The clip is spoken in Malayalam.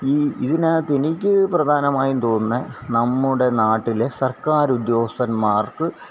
ഈ ഇതിനകത്തെനിക്ക് പ്രധാനമായും തോന്നുന്നെ നമ്മുടെ നാട്ടിലെ സര്ക്കാര് ഉദ്യോഗസ്ഥന്മാര്ക്ക്